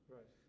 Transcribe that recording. Right